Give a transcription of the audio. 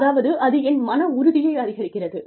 அதாவது அது என் மன உறுதியை அதிகரிக்கிறது